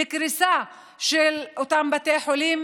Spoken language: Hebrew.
לקריסה של אותם בתי חולים,